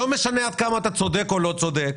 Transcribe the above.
לא משנה כמה אתה צודק או לא צודק.